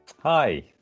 Hi